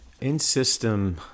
in-system